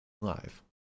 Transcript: live